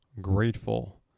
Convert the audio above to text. grateful